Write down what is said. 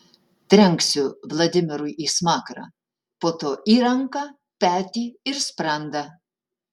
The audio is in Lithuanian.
trenksiu vladimirui į smakrą po to į ranką petį ir sprandą